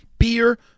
Beer